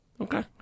Okay